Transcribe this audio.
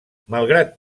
malgrat